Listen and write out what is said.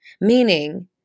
Meaning